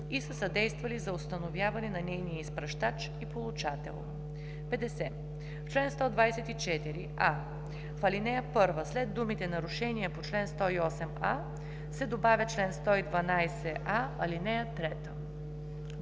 и са съдействали за установяване на нейния изпращач и получател.“ 50. В чл. 124: а) в ал. 1 след думите „нарушения по чл. 108а“ се добавя „чл. 112а, ал.